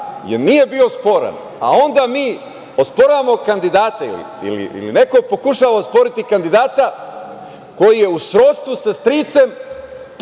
nije bio sporan, a onda mi osporavamo kandidate ili neko pokušava osporiti kandidata koji je u srodstvu sa stricem